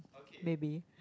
maybe